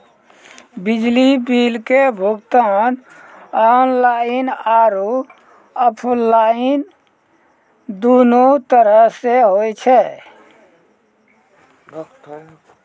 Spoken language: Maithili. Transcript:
बिजली बिल के भुगतान आनलाइन आरु आफलाइन दुनू तरहो से होय छै